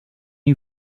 you